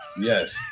Yes